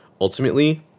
ultimately